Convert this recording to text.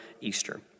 Easter